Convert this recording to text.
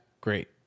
great